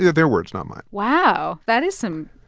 yeah their words not mine wow. that is some.